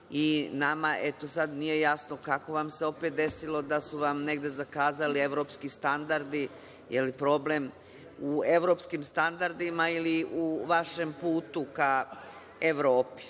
pa nama sada nije jasno - kako vam se opet desilo da su vam opet zakazali evropski standardi, da li je problem u evropskim standardima ili u vašem putu ka Evropi.